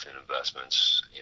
investments